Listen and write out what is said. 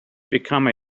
become